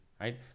right